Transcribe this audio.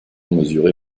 mesuré